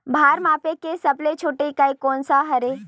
भार मापे के सबले छोटे इकाई कोन सा हरे?